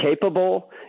capable